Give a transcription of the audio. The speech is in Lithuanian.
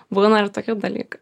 būna ir tokių dalykų